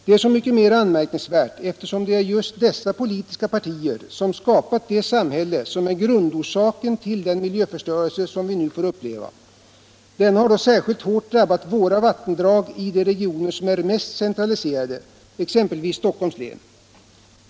Det är så mycket mer anmärkningsvärt, eftersom det är just dessa politiska partier som skapat det samhälle som är grundorsaken till den miljöförstörelse som vi nu får uppleva. Denna har då särskilt hårt drabbat våra vattendrag i de regioner som är mest centraliserade, exempelvis Stockholms län.